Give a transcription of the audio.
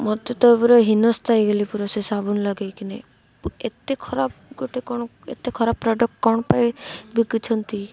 ମୋତେ ତ ପୁରା ହିନସ୍ତା ହେଇଗଲି ପୁରା ସେ ସାବୁନ ଲଗାଇକିନି ଏତେ ଖରାପ ଗୋଟେ କ'ଣ ଏତେ ଖରାପ ପ୍ରଡ଼କ୍ଟ କ'ଣ ପାଇଁ ବିକୁଛନ୍ତି